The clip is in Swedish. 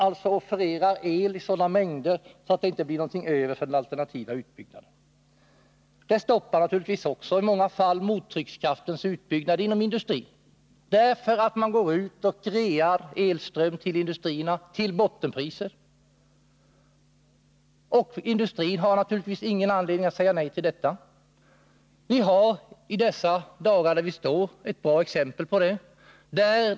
Elström offereras i sådana mängder att det inte blir något över för den alternativa utbyggnaden. Den stoppar också i många fall mottryckskraftens utbyggnad inom industrin, därför att man realiserar elström till industrin till bottenpriser. Industrin har naturligtvis ingen anledning att säga nej till detta. Vi har i dessa dagar fått ett bra exempel på det.